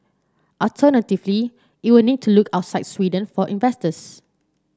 alternatively it will need to look outside Sweden for investors